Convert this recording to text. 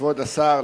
כבוד השר,